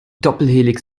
doppelhelix